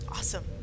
awesome